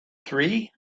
three